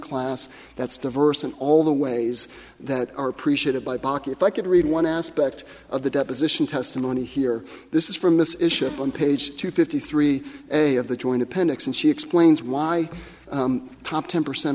class that's diverse and all the ways that are appreciated by bach if i could read one aspect of the deposition testimony here this is from this issue on page two fifty three day of the joint appendix and she explains why the top ten percent